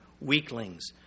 weaklings